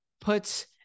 puts